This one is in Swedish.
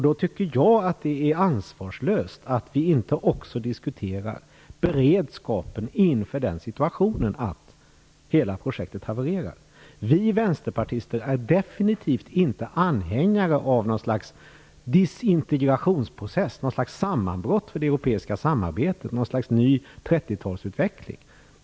Då tycker jag att det är ansvarslöst att vi inte också diskuterar beredskapen inför den situationen att hela projektet havererar. Vi vänsterpartister är definitivt inte anhängare av något slags desintegrationsprocess, något slags sammanbrott för det europeiska samarbetet, en ny 30 talsutveckling.